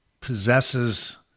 possesses